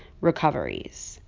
recoveries